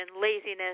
laziness